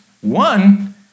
One